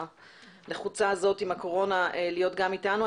הלחוצה הזאת עם הקורונה להיות גם איתנו,